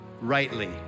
rightly